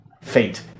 fate